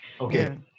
Okay